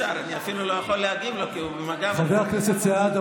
חבר הכנסת סעדה,